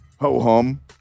Ho-hum